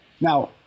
Now